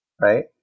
right